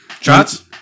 Shots